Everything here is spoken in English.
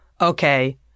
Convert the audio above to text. Okay